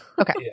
okay